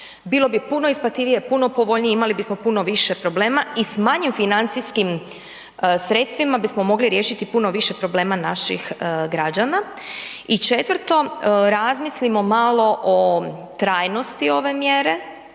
bilo bi puno isplativije, puno povoljnije, imali bismo puno više problema i sa manjim financijskim sredstvima bismo mogli riješiti puno više problema naših građana. I četvrto, razmislimo malo o trajnosti ove mjere,